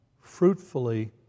fruitfully